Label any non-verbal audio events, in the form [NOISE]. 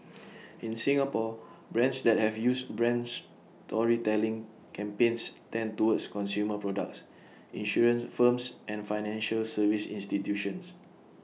[NOISE] in Singapore brands that have used brand storytelling campaigns tend towards consumer products insurance firms and financial service institutions